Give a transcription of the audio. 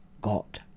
got